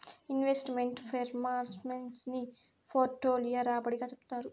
invest meant performance ని portfolio రాబడి గా చెప్తారు